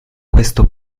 questo